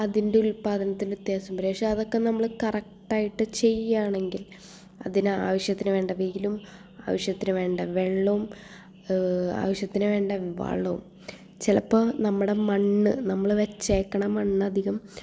അതിൻ്റെ ഉൽപാദനത്തിന് വ്യത്യാസം വരും പക്ഷേ അതൊക്കെ നമ്മൾ കറക്റ്റായിട്ട് ചെയ്യാണെങ്കിൽ അതിന് ആവശ്യത്തിന് വേണ്ട വെയിലും ആവശ്യത്തിന് വേണ്ട വെള്ളവും ആവശ്യത്തിന് വേണ്ട വളവും ചിലപ്പോൾ നമ്മുടെ മണ്ണ് നമ്മൾ വെച്ചേക്കണ മണ്ണധികം